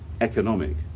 economic